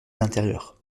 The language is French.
l’intérieur